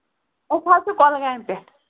اُپ حظ چھُ کۄلگامہِ پٮ۪ٹھ